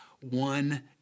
one